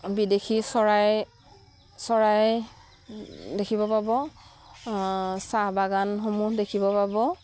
বিদেশী চৰাই চৰাই দেখিব পাব চাহ বাগানসমূহ দেখিব পাব